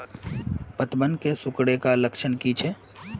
पतबन के सिकुड़ ऐ का लक्षण कीछै?